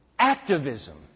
Activism